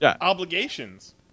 obligations